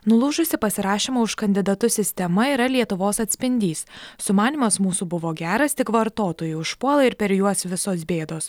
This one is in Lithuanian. nulūžusį pasirašymo už kandidatus sistema yra lietuvos atspindys sumanymas mūsų buvo geras tik vartotojai užpuola ir per juos visos bėdos